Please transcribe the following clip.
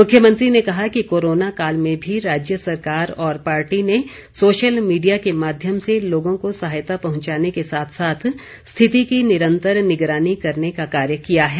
मुख्यमंत्री ने कहा कि कोरोना काल में भी राज्य सरकार और पार्टी ने सोशल मीडिया के माध्यम से लोगों को सहायता पहुंचाने के साथ साथ स्थिति की निरंतर निगरानी करने का कार्य किया है